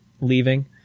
leaving